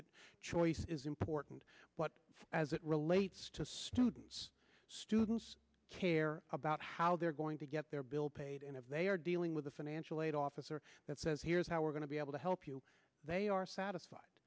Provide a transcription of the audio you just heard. that choice is important but as it relates to students students care about how they're going to get their bill paid and if they are dealing with a financial aid officer that says here's how we're going to be able to help you they are satisfied